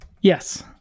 Yes